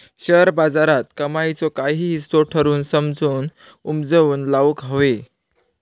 share बाजारात कमाईचो काही हिस्सो ठरवून समजून उमजून लाऊक व्हये